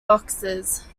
boxes